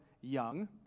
young